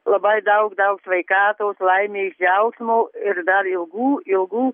labai daug daug sveikatos laimės džiaugsmo ir dar ilgų ilgų